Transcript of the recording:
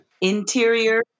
Interior